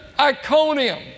Iconium